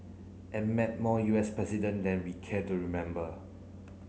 and met more U S president than we care to remember